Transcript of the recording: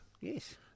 Yes